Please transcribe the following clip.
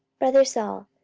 brother saul,